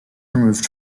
removed